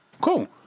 Cool